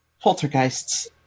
poltergeists